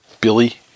Billy